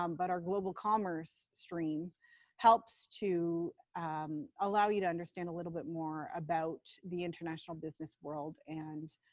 um but our global commerce stream helps to allow you to understand a little bit more about the international business world and